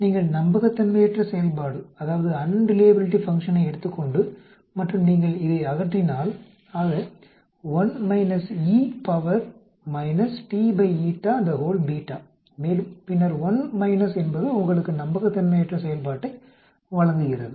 எனவே நீங்கள் நம்பகத்தன்மையற்ற செயல்பாட்டை எடுத்துக் கொண்டு மற்றும் நீங்கள் இதை அகற்றினால் ஆக மேலும் பின்னர் 1 என்பது உங்களுக்கு நம்பகத்தன்மையற்ற செயல்பாட்டை வழங்குகிறது